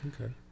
Okay